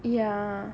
ya